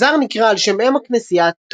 המנזר נקרא על שם אם הכנסייה ,